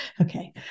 okay